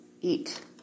eat